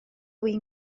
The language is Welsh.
win